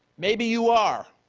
maybe you are.